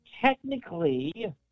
technically